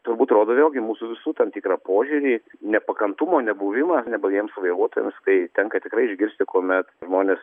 turbūt rodo vėlgi mūsų visų tam tikrą požiūrį nepakantumo nebuvimą neblaiviems vairuotojams kai tenka tikrai išgirsti kuomet žmonės